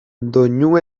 doinu